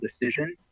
decision